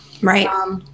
right